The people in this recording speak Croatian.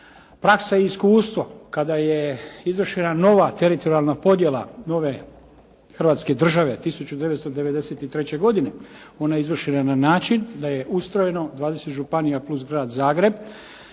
praksa i iskustvo kada je izvršena nova teritorijalna podjela, nove Hrvatske države 1993. godine, ona je izvršena na način da je ustrojeno 20 županija plus grad Zagreb,